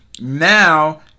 now